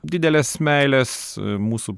didelės meilės mūsų